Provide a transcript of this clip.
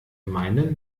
meinen